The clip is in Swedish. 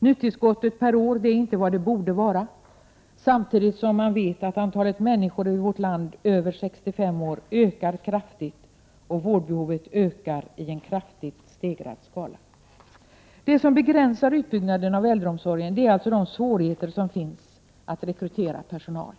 Nytillskottet per år är inte vad det borde vara, samtidigt som antalet människor som är över 65 år i vårt land ökar kraftigt och vårdbehovet ökar i mycket stor skala. Det som begränsar utbyggnaden av äldreomsorgen är alltså svårigheterna att rekrytera personal.